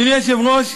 אדוני היושב-ראש,